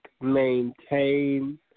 maintain